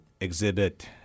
exhibit